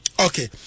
Okay